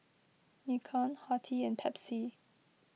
Nikon Horti and Pepsi